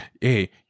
Hey